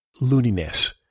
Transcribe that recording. looniness